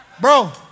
bro